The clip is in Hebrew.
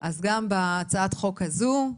גם בהצעת החוק הזאת,